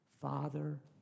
Father